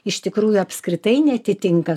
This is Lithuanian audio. iš tikrųjų apskritai neatitinka